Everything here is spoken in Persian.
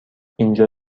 اینجا